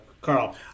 Carl